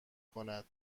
کند